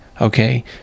okay